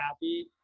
happy